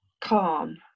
calm